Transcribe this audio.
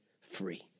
free